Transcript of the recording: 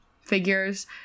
figures